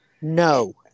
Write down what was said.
no